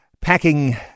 packing